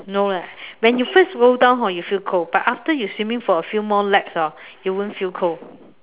no leh when you first go down hor you feel cold but after you swimming for a few laps orh you won't feel cold